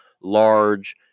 large